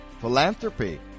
philanthropy